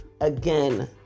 again